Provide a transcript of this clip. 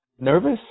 nervous